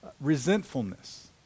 resentfulness